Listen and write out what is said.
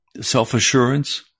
Self-assurance